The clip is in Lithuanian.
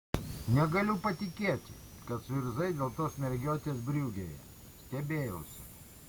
negaliu patikėti kad suirzai dėl tos mergiotės briugėje stebėjausi